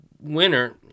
Winner